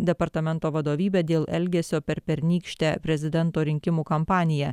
departamento vadovybę dėl elgesio per pernykštę prezidento rinkimų kampaniją